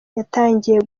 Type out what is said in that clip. yatangiye